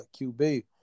QB